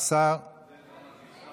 אין שר.